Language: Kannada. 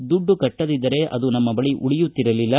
ದುಡ್ಡು ಕಟ್ಟದಿದ್ರೆ ನಮ್ಮ ಬಳಿ ಉಳಿಯುತ್ತಿರಲಿಲ್ಲ